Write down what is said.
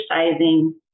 exercising